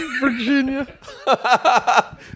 Virginia